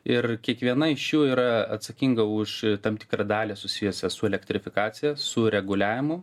ir kiekviena iš jų yra atsakinga už tam tikrą dalį susijusią su elektrifikacija su reguliavimu